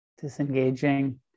Disengaging